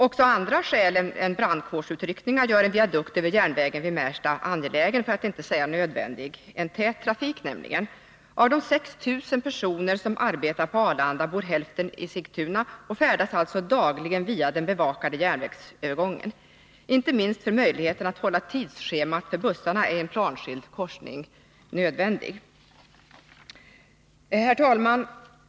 Också andra skäl än brandkårsutryckningar, t.ex. en tät trafik, gör en viadukt över järnvägen vid Märsta angelägen för att inte säga nödvändig. Av de 6 000 personer som arbetar på Arlanda bor hälften i Sigtuna och färdas alltså dagligen via den bevakade järnvägsövergången. Inte minst för möjligheten att hålla tidsschemat för bussarna är en planskild korsning nödvändig. Herr talman!